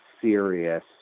serious